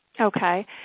Okay